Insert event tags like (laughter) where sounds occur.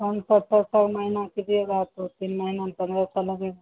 (unintelligible) पाँच पाँच सौ महीना कीजिएगा तो तीन महीना में पन्द्रह सौ लगेगा